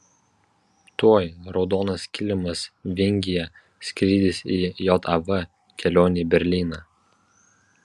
tuoj raudonas kilimas vingyje skrydis į jav kelionė į berlyną